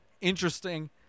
interesting